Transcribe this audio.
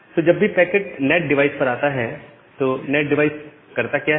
तो जब भी पैकेट नैट डिवाइस पर आता है तो नैट डिवाइस करता क्या है